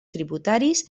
tributaris